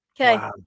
okay